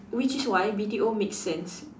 which is why B_T_O makes sense